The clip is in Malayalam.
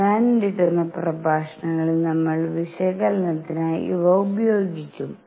വരാനിരിക്കുന്ന പ്രഭാഷണങ്ങളിൽ നമ്മൾ വിശകലനത്തിനായി ഇവ ഉപയോഗിക്കും